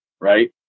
right